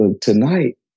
tonight